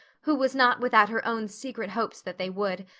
who was not without her own secret hopes that they would,